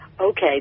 okay